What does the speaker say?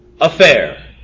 affair